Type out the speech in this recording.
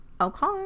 Okay